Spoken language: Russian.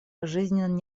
жизненно